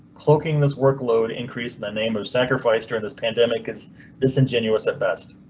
cloaking this workload increased the name of sacrificed during this pandemic is disingenuous at best.